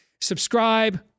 subscribe